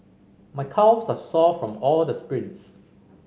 my calves are sore from all the sprints